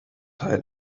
teil